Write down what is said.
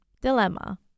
Dilemma